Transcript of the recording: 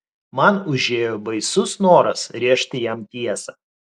man užėjo baisus noras rėžti jam tiesą